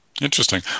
Interesting